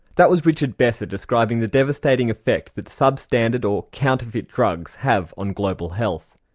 that was richard besser describing the devastating effect that substandard or counterfeit drugs have on global health.